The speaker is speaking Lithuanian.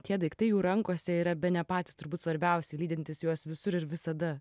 tie daiktai jų rankose yra bene patys turbūt svarbiausi lydintys juos visur ir visada